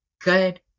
good